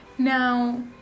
Now